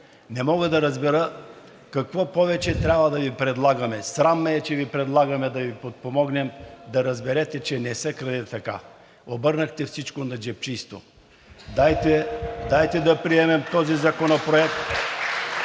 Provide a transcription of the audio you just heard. Не мога да разбера какво повече трябва да Ви предлагаме?! Срам ме е, че Ви предлагаме да Ви подпомогнем да разберете, че не се краде така. Обърнахте всичко на джебчийство. (Оживление, ръкопляскания от